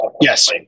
Yes